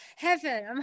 Heaven